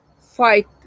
fight